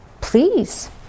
please